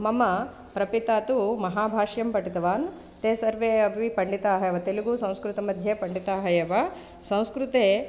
मम प्रपिता तु महाभाष्यं पठितवान् ते सर्वे अपि पण्डिताः एव तेलुगु संस्कृतमध्ये पण्डिताः एव संस्कृते